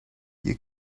you